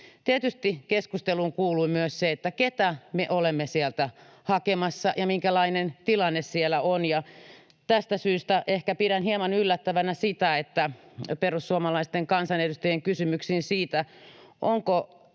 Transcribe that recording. Tietysti keskusteluun kuului myös se, keitä me olemme sieltä hakemassa ja minkälainen tilanne siellä on, ja tästä syystä ehkä pidän hieman yllättävänä sitä, että perussuomalaisten kansanedustajien kysymyksiin esimerkiksi